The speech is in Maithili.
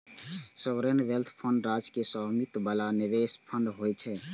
सॉवरेन वेल्थ फंड राज्य के स्वामित्व बला निवेश फंड होइ छै